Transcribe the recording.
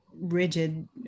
rigid